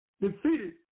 defeated